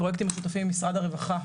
פרוייקטים משותפים עם משרד הרווחה,